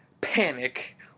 panic